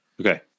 Okay